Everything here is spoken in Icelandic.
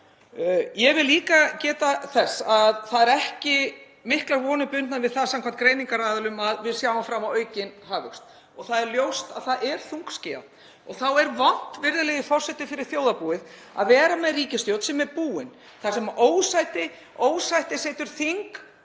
Ég vil líka geta þess að það eru ekki miklar vonir bundnar við það samkvæmt greiningaraðilum að við sjáum fram á aukinn hagvöxt. Það er ljóst að það er þungskýjað og þá er vont, virðulegi forseti, fyrir þjóðarbúið að vera með ríkisstjórn sem er búin, þar sem ósætti setur þing,